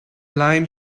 line